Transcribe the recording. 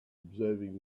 observing